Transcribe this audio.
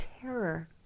terror